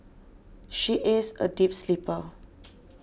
she is a deep sleeper